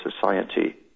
society